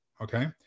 Okay